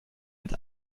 mit